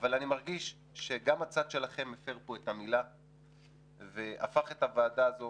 אבל אני מרגיש שגם הצד שלכם הפר פה את המילה והפך את הוועדה הזו